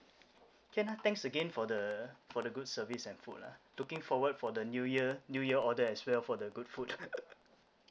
can lah thanks again for the for the good service and food ah looking forward for the new year new year order as well for the good food